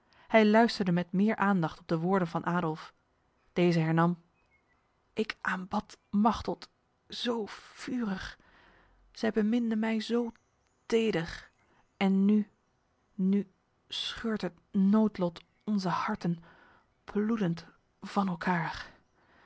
hij luisterde met meer aandacht op de woorden van adolf deze hernam ik aanbad machteld zo vurig zij beminde mij zo teder en nu nu scheurt het noodlot onze harten bloedend van elkaar